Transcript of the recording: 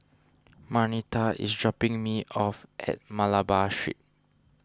Marnita is dropping me off at Malabar Street